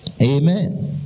Amen